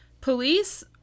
Police